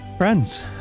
Friends